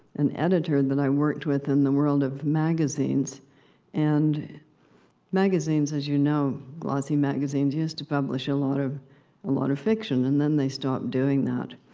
an editor that i worked with in the world of magazines and magazines, as you know glossy magazines used to publish a lot of lot of fiction, and then they stopped doing that.